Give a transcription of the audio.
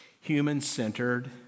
human-centered